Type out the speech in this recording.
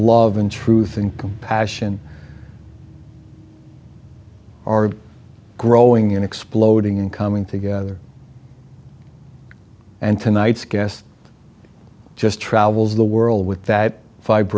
love and truth and compassion are growing in exploding and coming together and tonight's guest just travels the world with that fi